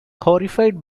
horrified